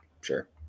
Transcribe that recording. Sure